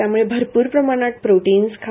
त्यामुळे भरप्र प्रमाणात प्रोटिन्स खा